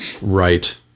Right